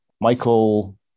Michael